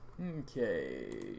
Okay